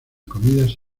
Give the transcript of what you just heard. comidas